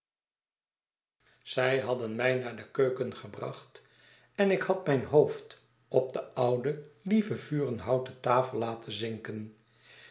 zij hadden mij naar de keuken gebracht en ik had mijn hoofd op de oude lieve vurenhouten tafel laten zinken